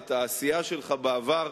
את העשייה שלך בעבר,